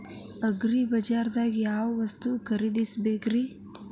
ಅಗ್ರಿಬಜಾರ್ದಾಗ್ ಯಾವ ವಸ್ತು ಖರೇದಿಸಬೇಕ್ರಿ?